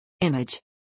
Image